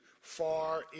far